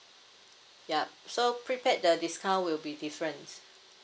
yup so prepaid the discount will be different